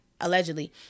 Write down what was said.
allegedly